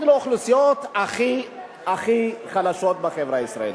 לאוכלוסיות הכי הכי חלשות בחברה הישראלית.